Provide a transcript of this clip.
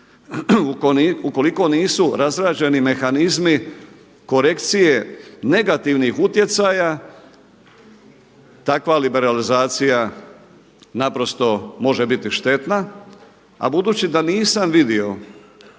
ukoliko nisu razrađeni mehanizmi korekcije negativnih utjecaja takva liberalizacija naprosto može biti štetna. A budući da nisam vidio,